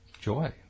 joy